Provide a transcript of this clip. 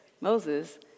Moses